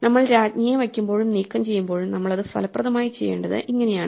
നമ്മൾ രാജ്ഞിയെ വക്കുമ്പോഴും നീക്കം ചെയ്യുമ്പോഴും നമ്മൾ അത് ഫലപ്രദമായി ചെയ്യേണ്ടത് ഇങ്ങനെയാണ്